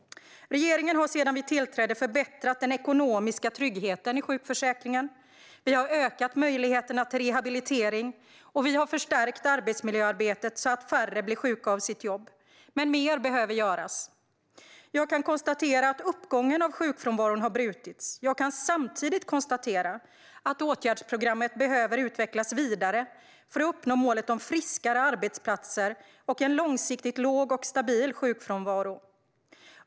Regeringen har sedan den tillträdde förbättrat den ekonomiska tryggheten i sjukförsäkringen. Vi har ökat möjligheterna till rehabilitering, och vi har förstärkt arbetsmiljöarbetet så att färre blir sjuka av sitt jobb. Men mer behöver göras. Jag kan konstatera att uppgången av sjukfrånvaron har brutits. Jag kan samtidigt konstatera att åtgärdsprogrammet behöver utvecklas vidare för att vi ska uppnå målet om friskare arbetsplatser och en långsiktigt låg och stabil sjukfrånvaro.